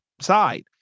side